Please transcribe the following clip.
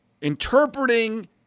interpreting